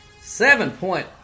Seven-point